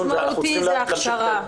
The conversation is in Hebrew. הכי משמעותי זה ההכשרה.